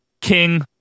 King